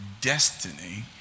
destiny